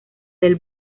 del